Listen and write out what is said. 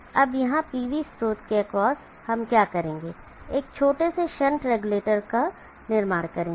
अब यहाँ PV स्रोत के एक्रॉस हम क्या करेंगे एक छोटे से शंट रेगुलेटर का निर्माण करेंगे